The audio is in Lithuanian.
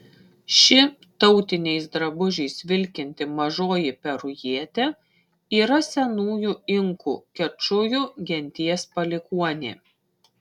ši tautiniais drabužiais vilkinti mažoji perujietė yra senųjų inkų kečujų genties palikuonė